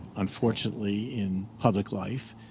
unfortunately in public life,